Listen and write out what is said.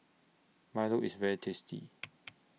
Milo IS very tasty